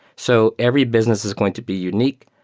so every business is going to be unique.